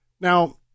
Now